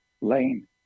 lane